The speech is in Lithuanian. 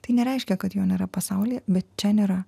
tai nereiškia kad jo nėra pasaulyje bet čia nėra